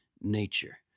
nature